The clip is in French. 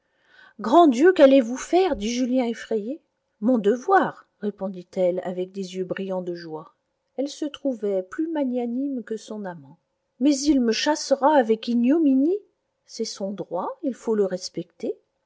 grand dieu qu'allez-vous faire dit julien effrayé mon devoir répondit-elle avec des yeux brillants de joie elle se trouvait plus magnanime que son amant mais il me chassera avec ignominie c'est son droit il faut le respecter